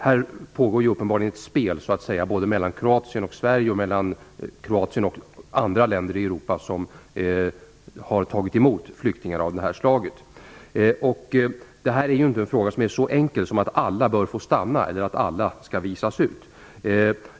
Här pågår uppenbarligen ett spel, skulle jag vilja säga, både mellan Kroatien och Sverige och mellan Kroatien och andra länder i Europa som har tagit emot flyktingar av det här slaget. Frågan är inte så enkel att det bara handlar om att alla bör få stanna eller att alla skall visas ut.